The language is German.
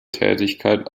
tätigkeit